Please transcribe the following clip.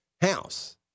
House